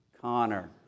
Connor